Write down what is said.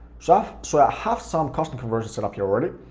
sort of so i have some custom conversions set up here already,